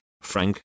frank